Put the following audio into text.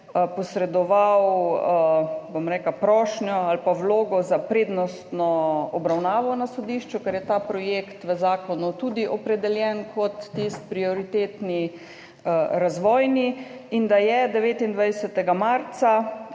bom rekla, prošnjo ali pa vlogo za prednostno obravnavo na sodišču, ker je ta projekt v zakonu tudi opredeljen kot tisti prioritetni razvojni projekt in da je 29. marca